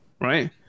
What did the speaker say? right